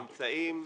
אפריד.